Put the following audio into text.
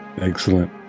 Excellent